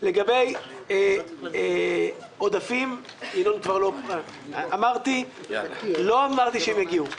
לגבי עודפים, לא אמרתי שהם יגיעו.